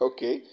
Okay